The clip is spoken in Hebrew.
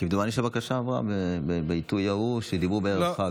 כמדומני שהבקשה עברה בעיתוי ההוא שדיברו בערב חג.